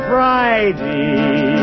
Friday